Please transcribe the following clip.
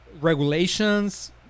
regulations